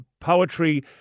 poetry